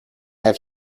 have